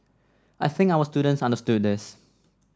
I think our students understood this